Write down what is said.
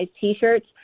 T-shirts